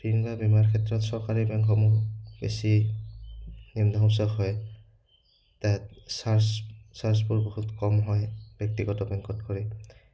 ঋণ বা বীমাৰ ক্ষেত্ৰত চৰকাৰী বেংকসমূহ বেছি নিম্ন সুচক হয় তাত চাৰ্জ চাৰ্জবোৰ বহুত কম হয় ব্যক্তিগত বেংকত কৰি